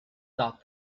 thought